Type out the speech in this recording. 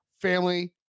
family